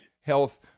health